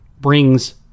brings